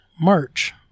March